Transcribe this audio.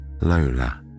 Lola